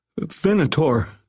Venator